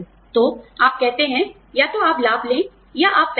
तो आप कहते हैं या तो आप लाभ लें या आप पैसे लें